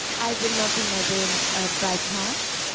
i've been melting my brain by pot.